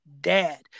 dad